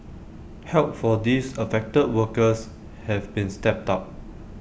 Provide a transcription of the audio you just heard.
help for these affected workers have been stepped up